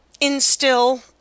instill